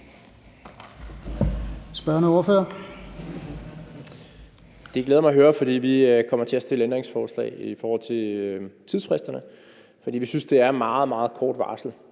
Det glæder mig at høre, for vi kommer til at stille ændringsforslag i forhold til tidsfristerne. For vi synes, det er meget, meget kort varsel.